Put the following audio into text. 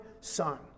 son